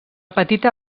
petita